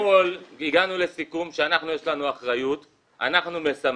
אתמוך הגענו לסיכום שיש לנו אחריות ואנחנו מסמנים.